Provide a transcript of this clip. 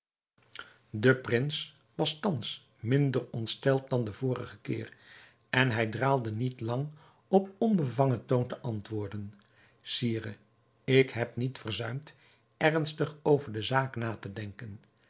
de prins was thans minder ontsteld dan de vorige keer en hij draalde niet lang op onbevangen toon te antwoorden sire ik heb niet verzuimd ernstig over de zaak na te denken